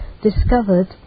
discovered